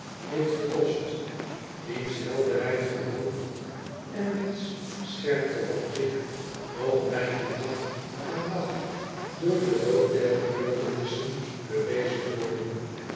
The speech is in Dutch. heeft gekost wiens helderheid van hoofd en wiens scherpte van blik nog bijna dag aan dag door den loop der gebeurtenissen bewezen worden